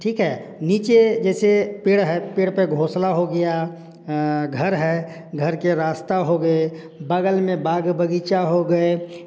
ठीक है नीचे जैसे पेड़ है पेड़ पर घोसला हो गया घर है घर के रास्ता हो गए बगल में बाग बगीचा हो गए